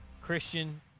Christian